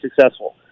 successful